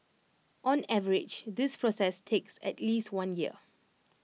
on average this process takes at least one year